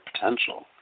potential